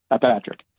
Patrick